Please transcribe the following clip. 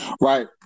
Right